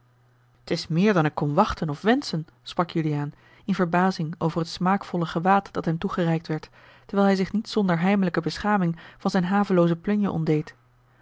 t is meer dan ik kon wachten of wenschen sprak juliaan in verbazing over het smaakvolle gewaad dat hem toegereikt werd terwijl hij zich niet zonder heimelijke beschaming van zijne havelooze plunje ontdeed